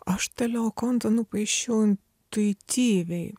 aš tą liokontą nupaišiau intuityviai